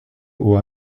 aux